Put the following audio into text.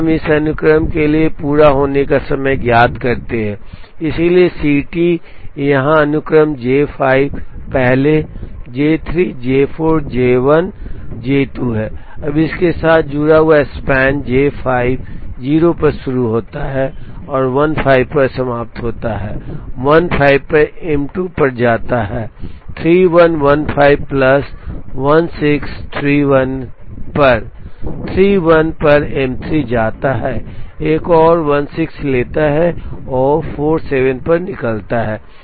अब हम इस अनुक्रम के लिए पूरा होने का समय ज्ञात करते हैं इसलिए CT यहाँ अनुक्रम J5 पहले J3 J4 J1 J2 है अब इसके साथ जुड़ा हुआ स्पैन J5 0 पर शुरू होता है और 15 पर समाप्त होता है 15 पर M2 पर जाता है 3115 प्लस 1631 पर 31 पर M3 जाता है एक और 16 लेता है और 47 पर निकलता है